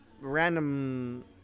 random